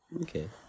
Okay